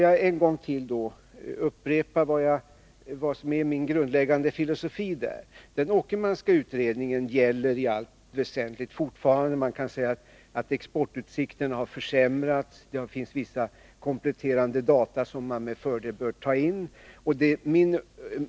Jag upprepar vad som är min grundläggande filosofi. Den Åkermanska utredningen gäller i allt väsenligt fortfarande. Man kan säga att exportutsikterna har försämrats, och det finns vissa kompletterande data som man med fördel bör ta in.